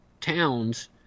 towns